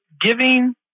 giving